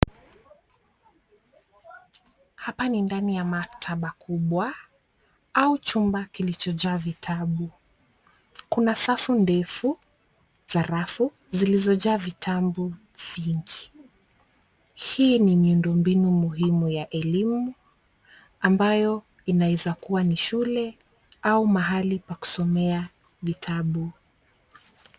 Hapa ni ndani ya maktaba kubwa au chumba kilichojaa vitabu. Kuna safu ndefu za rafu zilizojaa vitabu vingi. Hii ni miundombinu muhimu ya elimu ambayo inaweza kuwa ni shule au mahali pa kusomea vitabu.